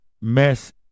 mess